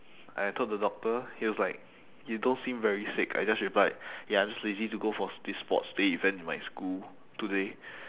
I told the doctor he was like you don't seem very sick I just replied ya I just lazy to go for this sports day event in my school today